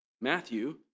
Matthew